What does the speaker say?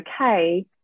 okay